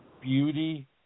Beauty